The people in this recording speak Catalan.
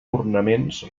ornaments